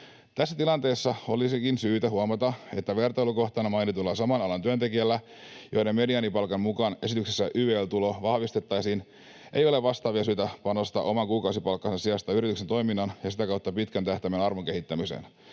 Tässä tilanteessa olisikin syytä huomata, että vertailukohtana mainitulla saman alan työntekijällä, jonka mediaanipalkan mukaan esityksessä YEL-tulo vahvistettaisiin, ei ole vastaavia syitä panostaa oman kuukausipalkkansa sijasta yrityksen toiminnan ja sitä kautta pitkän tähtäimen arvon kehittämiseen.